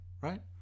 Right